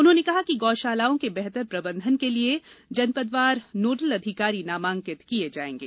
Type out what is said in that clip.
उन्होंने कहा कि गौशालाओं के बेहतर प्रबंधन के लिए जनपदवार नोडल अधिकारी नामांकित किए जाएंगे